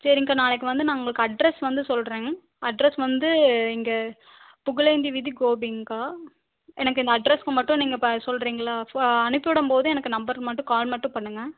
சரிங்க்கா நாளைக்கு வந்து நான் உங்களுக்கு அட்ரெஸ் வந்து சொல்கிறேன் அட்ரெஸ் வந்து இங்கே புகழேந்தி வீதி கோபிங்க்கா எனக்கு இந்த அட்ரஸுக்கு மட்டும் நீங்கள் இப்போ சொல்லுறிங்ளா அனுப்பி விடும் போது எனக்கு இந்த நம்பர் மட்டும் கால் மட்டும் பண்ணுங்கள்